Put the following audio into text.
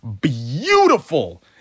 beautiful